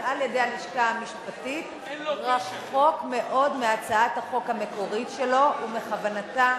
על-ידי הלשכה המשפטית רחוק מאוד מהצעת החוק המקורית שלו ומכוונתה